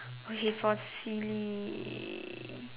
okay for silly